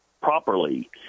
properly